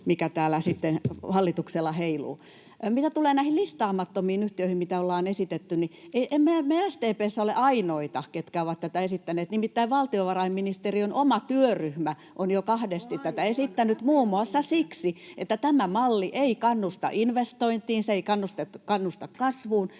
mikä täällä sitten hallituksella heiluu. Mitä tulee näihin listaamattomiin yhtiöihin, mistä ollaan esitetty, niin emmehän me SDP:ssä ole ainoita, ketkä ovat tätä esittäneet. Nimittäin valtiovarainministeriön oma työryhmä on jo kahdesti tätä esittänyt muun muassa siksi, että tämä malli ei kannusta investointiin, se ei kannusta kasvuun,